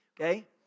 Okay